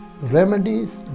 remedies